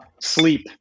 sleep